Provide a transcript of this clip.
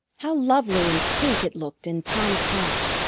how lovely and pink it looked in tom's hand!